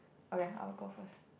okay I'll go first